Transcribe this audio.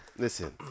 Listen